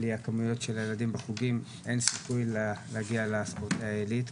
בלי הכמויות של ילדים בחוגים אין סיכוי להגיע לספורטאי עלית.